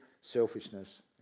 selfishness